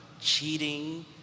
cheating